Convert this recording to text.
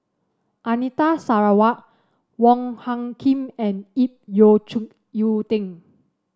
Anita Sarawak Wong Hung Khim and Ip Yiu Tung